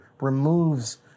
removes